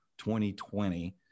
2020